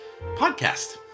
podcast